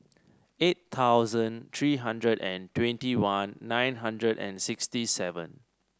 eight thousand three hundred and twenty one nine hundred and sixty seven